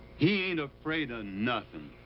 he ain't afraid of nothing.